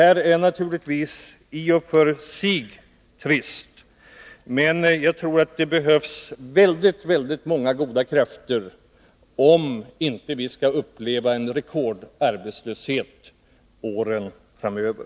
Det är naturligtvis i och för sig trist, men jag tror att det behövs väldigt många goda krafter, om vi inte skall uppleva en rekordarbetslöshet åren framöver.